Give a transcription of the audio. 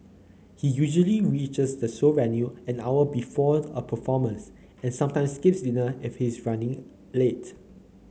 he usually reaches the show venue an hour before a performance and sometimes skips dinner if he is running late